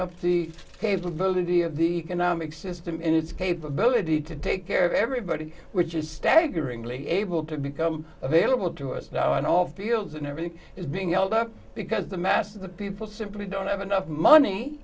seats capability of the economic system and its capability to take care of everybody which is staggeringly able to become available to us now in all fields and everything is being held up because the masses of people simply don't have enough money